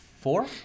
Four